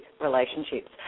relationships